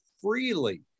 freely